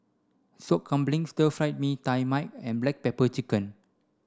Sop Kambing Stir Fry Mee Tai Mak and black pepper chicken